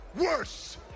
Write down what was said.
worse